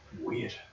Weird